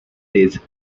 days